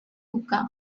hookah